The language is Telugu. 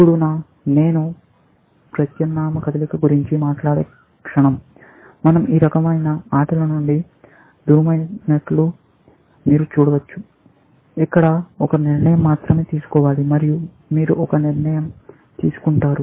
ఇప్పుడు నేను ప్రత్యామ్నాయ కదలికల గురించి మాట్లాడే క్షణం మన০ ఈ రకమైన ఆటల నుండి దూరమవుతున్నట్లు మీరు చూడవచ్చు ఇక్కడ ఒక నిర్ణయం మాత్రమే తీసుకోవాలి మరియు మీరు ఒక నిర్ణయం తీసుకుంటారు